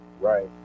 right